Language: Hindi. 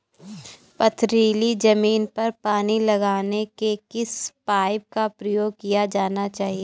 पथरीली ज़मीन पर पानी लगाने के किस पाइप का प्रयोग किया जाना चाहिए?